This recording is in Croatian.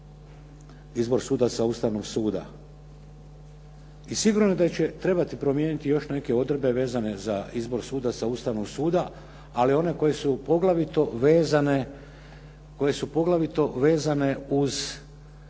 izbor sudaca Ustavnog suda. I sigurno da će trebati promijeniti još neke odredbe vezane za izbor sudaca Ustavnog suda, ali one koje su poglavito vezane uz